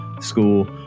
school